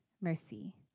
mercy